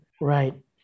right